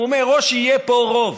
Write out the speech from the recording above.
הוא אומר: או שיהיה פה רוב